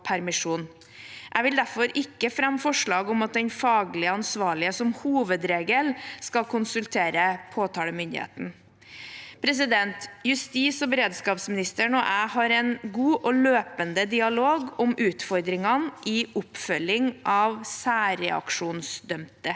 Jeg vil derfor ikke fremme forslag om at den faglig ansvarlige som hovedregel skal konsultere påtalemyndigheten. Justis- og beredskapsministeren og jeg har en god og løpende dialog om utfordringene i oppfølging av særreaksjonsdømte.